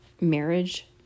marriage